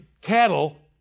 cattle